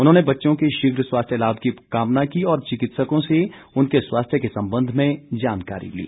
उन्होंने बच्चों के शीघ्र स्वास्थ्य लाभ की कामना की और चिकित्सकों से उनके स्वास्थ्य के संबंध में जानकारी ली